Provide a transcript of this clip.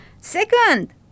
second